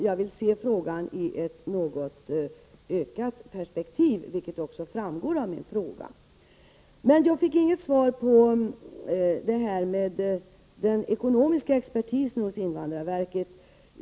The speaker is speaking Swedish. Jag ville belysa detta ur ett vidgat perspektiv, vilket också framgår av min fråga. Jag fick emellertid ingen kommentar till det här med den ekonomiska expertisen hos invandrarverket.